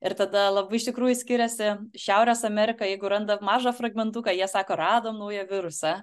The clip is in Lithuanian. ir tada labai iš tikrųjų skiriasi šiaurės amerika jeigu randa mažą fragmentuką jie sako radom naują virusą